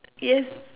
yes